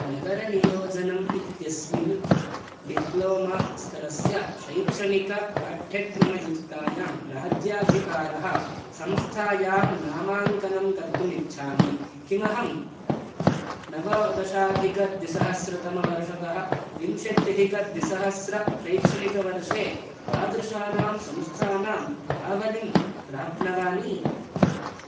नगरनियोजनम् इत्यस्मिन् डिप्लोमा स्तरस्य शैक्षणिकपाठ्यक्रमयुक्तायां राज्याधिकारः संस्थायां नामाङ्कनं कर्तुम् इच्छामि किमहं नवदशाधिकद्विसहस्रतमवर्षतः विंशत्यधिकद्विसहस्र शैक्षणिकवर्षे तादृशानां संस्थानाम् आवलिं प्राप्नवानि